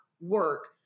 work